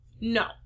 no